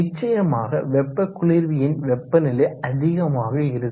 நிச்சயமாக வெப்ப குளிர்வியின் வெப்பநிலை அதிகமாக இருக்கும்